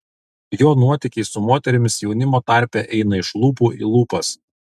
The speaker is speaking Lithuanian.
jo nuotykiai su moterimis jaunimo tarpe eina iš lūpų į lūpas